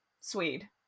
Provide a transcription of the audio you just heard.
Swede